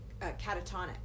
catatonic